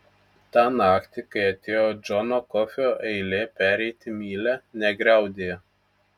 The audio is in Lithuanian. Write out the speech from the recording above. tą naktį kai atėjo džono kofio eilė pereiti mylia negriaudėjo